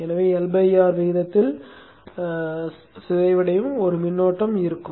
எனவே LR விகிதத்தில் சிதைவடையும் ஒரு மின்னோட்டம் இருக்கும்